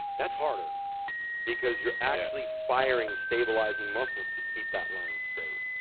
that's harder because you're actually firing stabilizing muscles to keep that line straight.